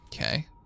Okay